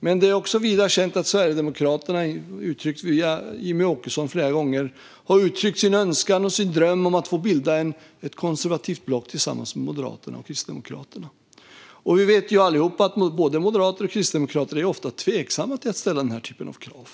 Men det är också vida känt att Sverigedemokraterna via Jimmie Åkesson flera gånger har uttryckt sin önskan och sin dröm om att få bilda ett konservativt block tillsammans med Moderaterna och Kristdemokraterna. Vi vet allihop att både moderater och kristdemokrater ofta är tveksamma till att ställa den här typen av krav.